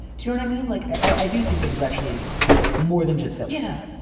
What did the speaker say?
john i mean like i do think this is actually more than just sell yeah.